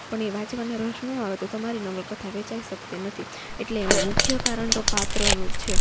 પણ એ વાંચવાની રસ નો આવે તો તમારી નવલકથા વેચાઈ શકતી નથી એટલે એમાં મુખ્ય કારણ તો પાત્રનું જ છે